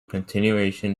continuation